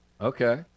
Okay